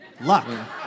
Luck